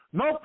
no